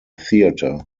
theatre